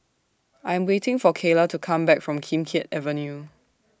I'm waiting For Kayla to Come Back from Kim Keat Avenue